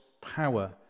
power